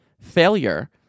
failure